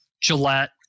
Gillette